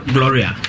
Gloria